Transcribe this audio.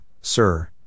sir